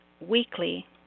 weekly